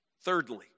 Thirdly